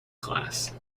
class